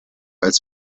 als